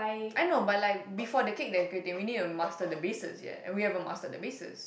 I know but like before the cake decorating we need to master the basis ya and we haven't master the basis